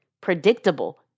predictable